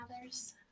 others